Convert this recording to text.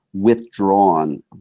withdrawn